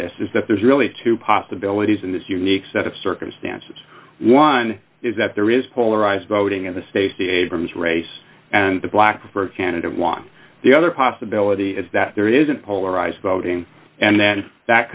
this is that there's really two possibilities in this unique set of circumstances one is that there is polarized voting in the stacy abrams race and the black candidate won the other possibility is that there is a polarized voting and then that